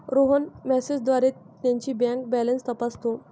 रोहन मेसेजद्वारे त्याची bank balance तपासतो